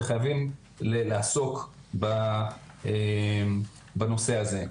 וחייבים לעסוק בנושא הזה.